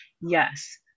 yes